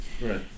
Right